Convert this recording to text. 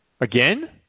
Again